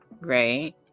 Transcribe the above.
right